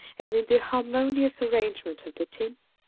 and in the harmonious arrangement of the tints,